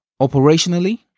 Operationally